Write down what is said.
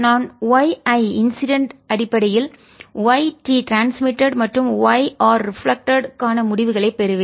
நான் y I incident அடிப்படையில் yT transmitted மற்றும் y ரிஃப்ளெக்ட்டட் பிரதிபலிக்கும் க்கான முடிவுகளைப் பெறுவேன்